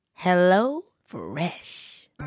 HelloFresh